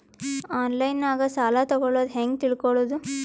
ಆನ್ಲೈನಾಗ ಸಾಲ ತಗೊಳ್ಳೋದು ಹ್ಯಾಂಗ್ ತಿಳಕೊಳ್ಳುವುದು?